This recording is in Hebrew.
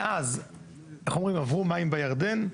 מאז עברו מים בירדן,